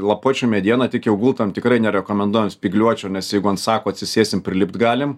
lapuočių mediena tik jau gultam tikrai nerekomenduoju spygliuočių nes jeigu ant sako atsisėsim prilipt galim